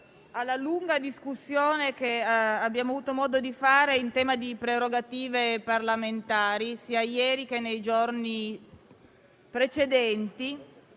alla lunga discussione che abbiamo avuto modo di fare in tema di prerogative parlamentari, sia ieri sia nei giorni precedenti.